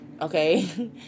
Okay